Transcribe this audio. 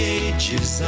ages